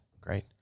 Great